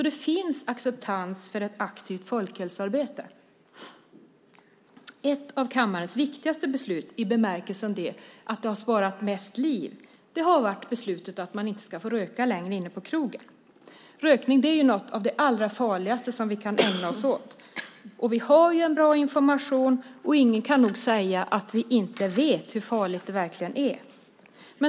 Det finns acceptans för ett aktivt folkhälsoarbete. Ett av kammarens viktigaste beslut i bemärkelsen att det har sparat mest liv har varit beslutet att man inte längre får röka inne på krogen. Rökning är något av det allra farligaste som vi kan ägna oss åt. Vi har en bra information, och ingen kan nog säga att vi inte vet hur farligt det verkligen är.